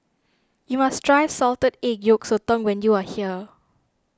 you must try Salted Egg Yolk Sotong when you are here